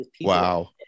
Wow